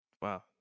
wow